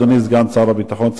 אדוני סגן שר הביטחון,